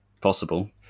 possible